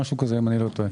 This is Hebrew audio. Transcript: אם אני לא טועה.